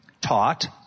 taught